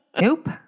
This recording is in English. nope